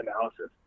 analysis